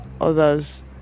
others